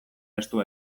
estu